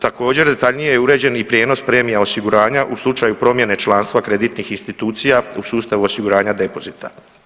Također detaljnije je uređen i prijenos premija osiguranja u slučaju promjene članstva kreditnih institucija u sustavu osiguranja depozita.